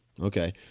Okay